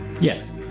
Yes